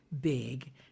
big